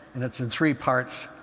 and it's in three parts.